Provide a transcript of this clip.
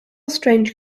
strange